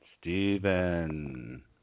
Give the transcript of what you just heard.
Stephen